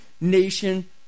nation